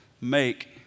make